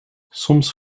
soms